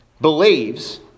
believes